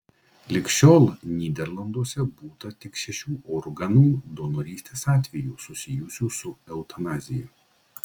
lig šiol nyderlanduose būta tik šešių organų donorystės atvejų susijusių su eutanazija